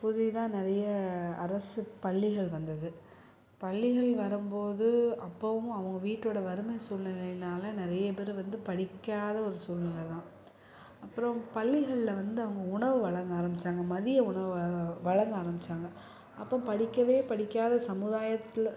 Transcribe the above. புதிதாக நிறைய அரசு பள்ளிகள் வந்தது பள்ளிகள் வரும் போது அப்போவும் அவங்க வீட்டோடய வறுமை சூழ்நிலையினால் நிறைய பேர் வந்து படிக்காத ஒரு சூழ்நில தான் அப்புறம் பள்ளிகளில் வந்து அவங்க உணவு வழங்க ஆரம்பிச்சாங்க மதிய உணவு வழங்க ஆரம்பிச்சாங்க அப்போ படிக்கவே படிக்காத சமுதாயத்தில்